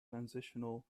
translational